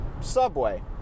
Subway